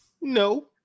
No